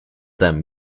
them